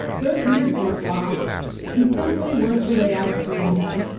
those years weren't lost they simply weren't the way i'd planned them.